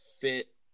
fit